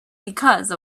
because